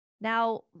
Now